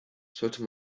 sollte